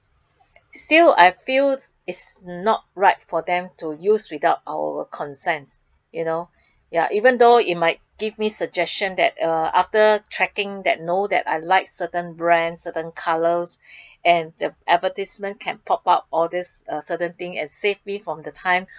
still I feel it's not right for them to use without our consents you know ya even though I might give me suggestion that uh after tracking that know I like certain brands certain colours and advertisement can pop out all these uh certain thing and save me from the time